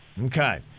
Okay